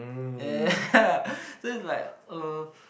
so it's like uh